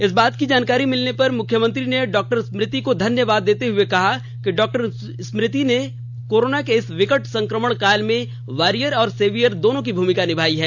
इस बात की जानकारी मिलने पर मुख्यमंत्री ने डॉक्टर स्मृति को धन्यवाद देते हुए कहा कि डॉक्टर स्मृति ने कोरोना के इस विकट संक्रमण काल में वारियर और सेवियर की भूमिका निभाई है